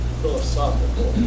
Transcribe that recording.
philosophical